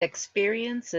experience